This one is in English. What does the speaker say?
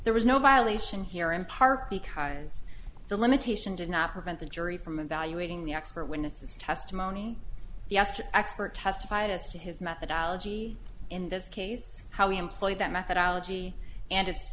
there was no violation here in part because the limitation did not prevent the jury from evaluating the expert witnesses testimony yesterday expert testified as to his methodology in this case how we employ that methodology and its